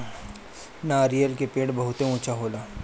नरियर के पेड़ बहुते ऊँचा होला